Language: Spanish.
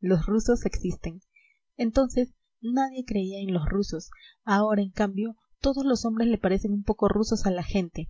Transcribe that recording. los rusos existen entonces nadie creía en los rusos ahora en cambio todos los hombres le parecen un poco rusos a la gente